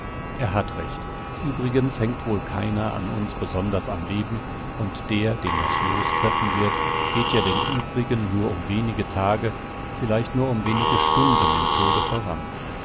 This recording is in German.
er hat recht uebrigens hängt wohl keiner von uns besonders am leben und der den das loos treffen wird geht ja den uebrigen nur um wenige tage vielleicht nur um wenige stunden im tode voran